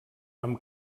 amb